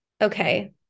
Okay